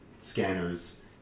scanners